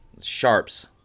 Sharps